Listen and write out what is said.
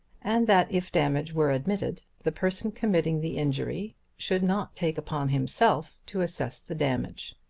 and that if damage were admitted, the person committing the injury should not take upon himself to assess the damage.